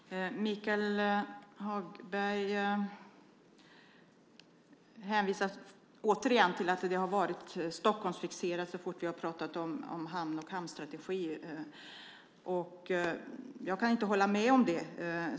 Fru talman! Michael Hagberg hänvisar återigen till att det har varit Stockholmsfixerat så fort vi har pratat om hamnstrategier. Jag kan inte hålla med om det.